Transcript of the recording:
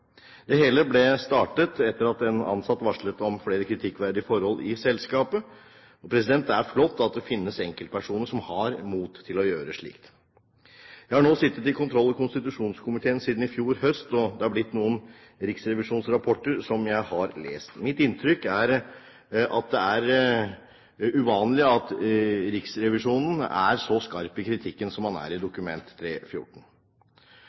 Det hele ble startet etter at en ansatt varslet om flere kritikkverdige forhold i selskapet. Det er flott at det finnes enkeltpersoner som har mot til å gjøre slikt. Jeg har nå sittet i kontroll- og konstitusjonskomiteen siden i fjor høst, og det er blitt noen riksrevisjonsrapporter som jeg har lest. Mitt inntrykk er at det er uvanlig at Riksrevisjonen er så skarp i kritikken som man er Dokument nr. 3:14. Om man ser på den korrespondansen som er referert i